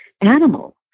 animal